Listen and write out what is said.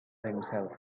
himself